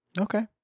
Okay